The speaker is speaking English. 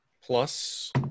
plus